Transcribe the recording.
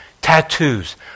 Tattoos